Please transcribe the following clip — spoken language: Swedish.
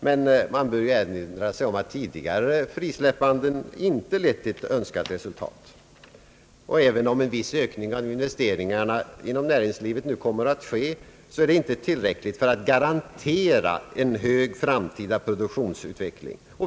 Men man bör erinra sig att tidigare frisläppanden inte lett till önskat resultat. även om en viss ökning av investeringarna inom näringslivet nu kommer att ske, så är det inte tillräckligt för att garantera en hög framtida produktionsutveckling.